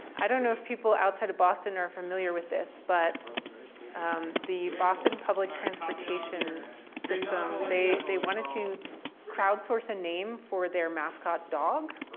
i don't know if people outside of boston are familiar with this, but um the boston public transportation system, they they wanted to crowdsource a name for their mascot dog.